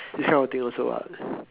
this kind of things also what